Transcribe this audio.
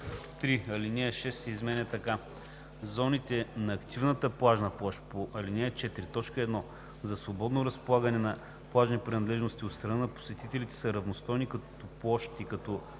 3. Алинея 6 се изменя така: „Зоните на активната плажна площ по ал. 4, т. 1 за свободно разполагане на плажни принадлежности от страна на посетителите са равностойни като площ и като